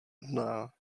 nudná